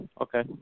Okay